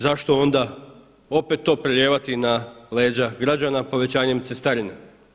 Zašto onda opet to prelijevati na leđa građana povećanjem cestarina?